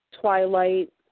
Twilight